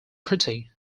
pretty